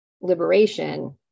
liberation